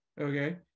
okay